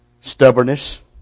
Stubbornness